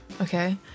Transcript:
okay